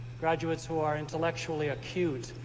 graduates who are intellectually acute,